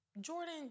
Jordan